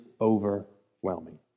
overwhelming